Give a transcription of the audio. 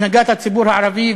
הנהגת הציבור הערבי,